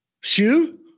shoe